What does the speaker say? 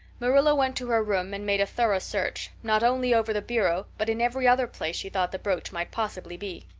marilla went to her room and made a thorough search, not only over the bureau but in every other place she thought the brooch might possibly be.